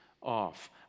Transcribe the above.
off